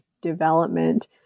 development